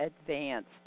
advanced